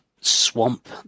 swamp